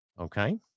okay